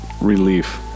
relief